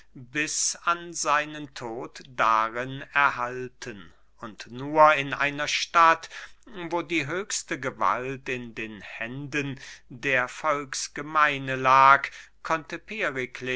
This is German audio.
bis an seinen tod darin erhalten und nur in einer stadt wo die höchste gewalt in den händen der volksgemeine lag konnte